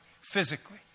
physically